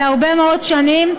להרבה מאוד שנים,